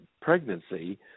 pregnancy